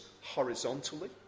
horizontally